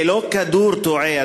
זה לא כדור תועה,